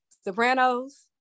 Sopranos